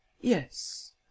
yes